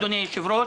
אדוני היושב-ראש,